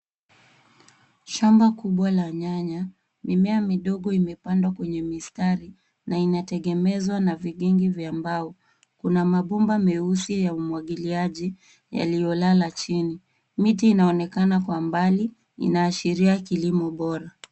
Shamba kubwa la nyanya. Mimea midogo imepandwa kwenye mistari, na inategemezwa na vigingi vya mbao. Kuna mabomba meusi ya umwagiliaji yaliyolala chini. Miti inaonekana kwa mbali. Inaashiria kilimo bora.